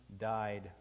died